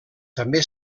també